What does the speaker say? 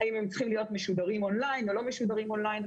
האם הן צריכים להיות משודרים און ליין או לא משודרים און ליין,